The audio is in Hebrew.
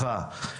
ותיווכה.